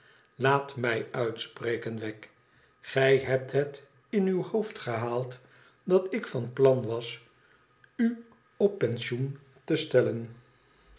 laat mij uitspreken wegg gij hebt het in uw hoofd gehaald dat ik van plan was u op pensioen te stellen